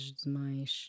demais